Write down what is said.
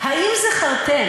האם זכרתם